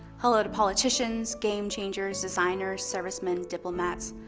hello, to politicians, game-changers, designers, servicemen, diplomats.